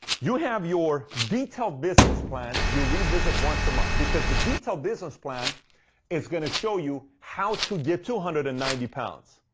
you have your detailed business plan, you revisit once a month. because the detailed business plan is going to show you how to get to one hundred and ninety pounds.